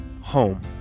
home